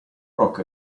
rock